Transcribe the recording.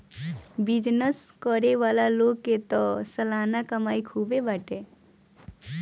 business करे वाला लोग के तअ सलाना कमाई खूब बाटे